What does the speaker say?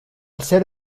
ser